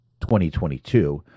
2022